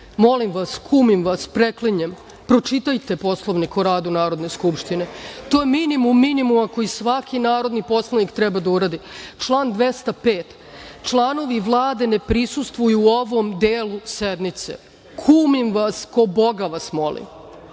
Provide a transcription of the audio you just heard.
molim vas, kumim vas, preklinjem, pročitajte Poslovnik o radu Narodne skupštine. To je minimum minimuma koji svaki narodni poslanik treba da uradi. Član 205. - članovi Vlade ne prisustvuju u ovom delu sednice. Kumim vas, ko Boga vas molim